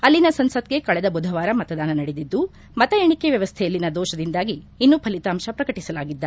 ಅಲ್ಲಿನ ಸಂಸತ್ಗೆ ಕಳೆದ ಬುಧವಾರ ಮತದಾನ ನಡೆದಿದ್ದು ಮತ ಎಣಿಕೆ ವ್ಯವಸ್ಥೆಯಲ್ಲಿನ ದೋಷದಿಂದಾಗಿ ಇನ್ನೂ ಫಲಿತಾಂಶ ಪ್ರಕಟಸಲಾಗಿಲ್ಲ